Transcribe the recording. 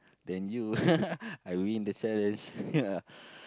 then you I win the challenge